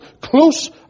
close